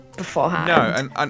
beforehand